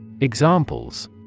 Examples